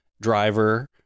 driver